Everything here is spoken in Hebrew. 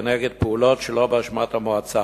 כנגד פעולות שלא באשמת המועצה.